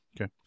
Okay